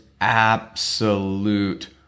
absolute